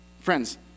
Friends